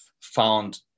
found